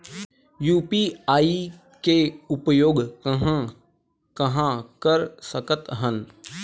UPI के उपयोग कहां कहा कर सकत हन?